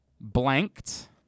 blanked